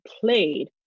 played